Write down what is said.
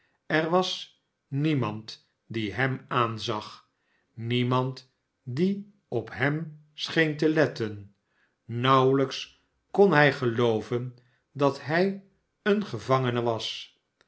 er was niemand die hem aanzag niemand die op hem scheen te letten nauwelijks kon hij gelooven dat hij een gevangene was